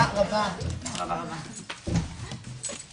הישיבה ננעלה בשעה 13:39.